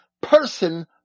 person